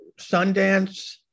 Sundance